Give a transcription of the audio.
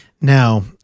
Now